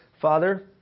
Father